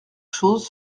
chose